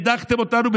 הדחתם אותנו,